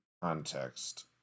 context